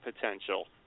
potential